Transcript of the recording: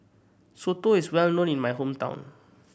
soto is well known in my hometown